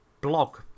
blog